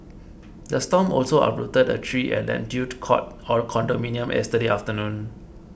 the storm also uprooted a tree at Neptune Court condominium yesterday afternoon